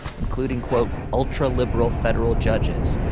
including, quote, ultraliberal federal judges,